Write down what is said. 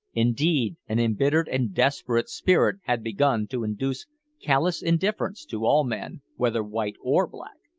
indeed, an embittered and desperate spirit had begun to induce callous indifference to all men, whether white or black.